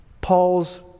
Paul's